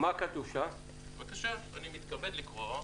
אני מתכבד לקרוא.